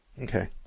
Okay